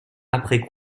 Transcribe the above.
après